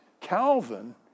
Calvin